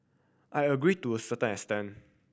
I agree to a certain extent